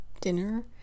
dinner